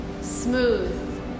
smooth